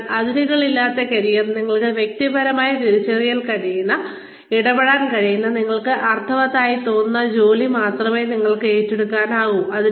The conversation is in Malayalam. അതിനാൽ അതിരുകളില്ലാത്ത കരിയറിൽ നിങ്ങൾക്ക് വ്യക്തിപരമായി തിരിച്ചറിയാൻ കഴിയുന്ന വ്യക്തിപരമായി ഇടപെടാൻ കഴിയുന്ന നിങ്ങൾക്ക് അർത്ഥവത്തായി തോന്നുന്ന ജോലി മാത്രമേ നിങ്ങൾ ഏറ്റെടുക്കൂ